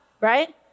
right